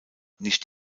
nicht